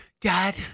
Dad